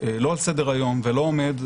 לא על סדר היום ולא עומד,